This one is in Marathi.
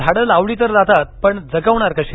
झाडं लावली तर जातात पण जगवणार कशी